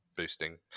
boosting